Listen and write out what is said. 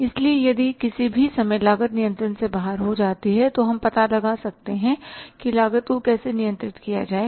इसलिए यदि किसी भी समय लागत नियंत्रण से बाहर हो जाती है तो हम पता लगा सकते हैं कि लागत को कैसे नियंत्रित किया जाए